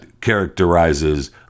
characterizes